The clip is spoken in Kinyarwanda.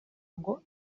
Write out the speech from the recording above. ngo